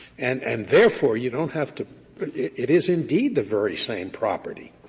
and and therefore, you don't have to but it it is indeed the very same property.